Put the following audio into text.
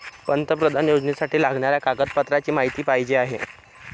पंतप्रधान योजनेसाठी लागणाऱ्या कागदपत्रांची माहिती पाहिजे आहे